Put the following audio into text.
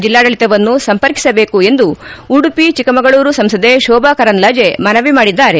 ಜಿಲ್ಲಾಡಳಿತವನ್ನು ಸಂಪರ್ಕಿಸಬೇಕು ಎಂದು ಉಡುಪಿ ಚಿಕ್ಕಮಗಳೂರು ಸಂಸದೆ ಶೋಭಾ ಕರಂದ್ಲಾಜೆ ಮನವಿ ಮಾಡಿದ್ದಾರೆ